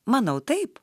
manau taip